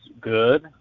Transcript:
good